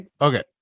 okay